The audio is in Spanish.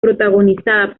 protagonizada